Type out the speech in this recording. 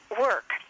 work